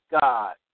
God